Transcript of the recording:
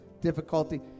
difficulty